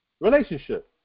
relationship